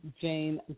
Jane